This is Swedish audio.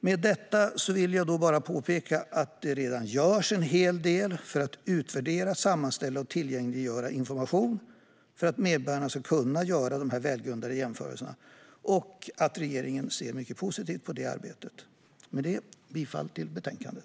Med detta vill jag bara påpeka att det redan görs en hel del för att utvärdera, sammanställa och tillgängliggöra information för att medborgarna ska kunna göra välgrundade jämförelser och att regeringen ser mycket positivt på detta arbete. Jag yrkar bifall till utskottets förslag i betänkandet.